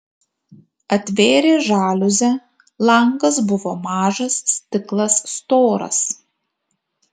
atvėrė žaliuzę langas buvo mažas stiklas storas